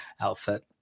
outfit